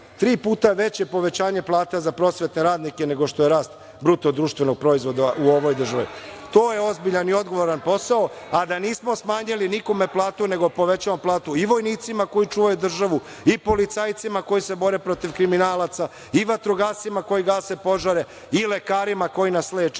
tri puta veće povećanje plata za prosvetne radnike nego što je rast bruto društvenog proizvoda u ovoj državi. To je ozbiljan i odgovoran posao, a da nismo smanjili nikome platu, nego povećavamo platu i vojnicima koji čuvaju državu i policajcima koji se bore protiv kriminalaca i vatrogascima koji gase požare i lekarima koji nas leče